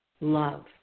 love